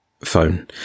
phone